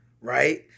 right